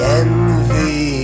envy